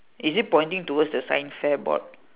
is it pointing to the science fair board